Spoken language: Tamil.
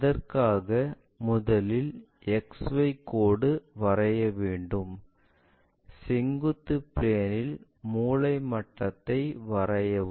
அதற்காக முதலில் XY கோடு வரைய வேண்டும் செங்குத்து பிளேனில் மூலை மட்டத்தை வரையவும்